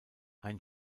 ein